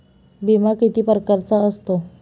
बिमा किती परकारचा असतो?